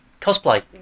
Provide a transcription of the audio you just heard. cosplay